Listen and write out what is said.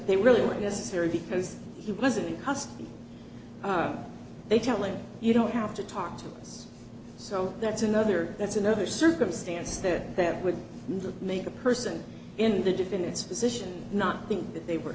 they really weren't necessary because he wasn't in custody are they telling you don't have to talk to us so that's another that's another circumstance that that would make a person in the divinest position not think that they were